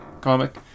comic